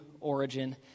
origin